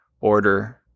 order